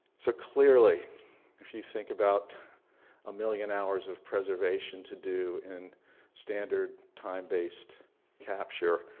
so clearly if you think about a million hours of preservation to do in standard time based capture,